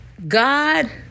God